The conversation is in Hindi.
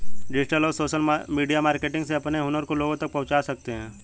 डिजिटल और सोशल मीडिया मार्केटिंग से अपने हुनर को लोगो तक पहुंचा सकते है